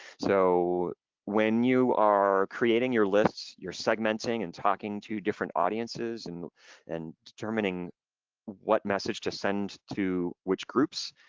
so when you are creating your lists, you're segmenting and talking to different audiences and and determining what message to send to which groups,